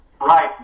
Right